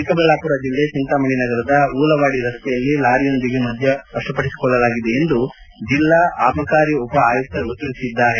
ಚಿಕ್ಕಬಳ್ಳಾಮರ ಜಿಲ್ಲೆ ಚಿಂತಾಮಣಿ ನಗರದ ಊಲವಾಡಿ ರಸ್ತೆಯಲ್ಲಿ ಲಾರಿಯೊಂದಿಗೆ ಮದ್ಯವನ್ನು ಮಪಡಿಸಿಕೊಳ್ಳಲಾಗಿದೆ ಎಂದು ಜಿಲ್ಲಾ ಅಬಕಾರಿ ಉಪ ಆಯುಕ್ತರು ತಿಳಿಸಿದ್ದಾರೆ